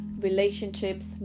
relationships